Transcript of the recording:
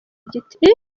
igiti